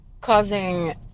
causing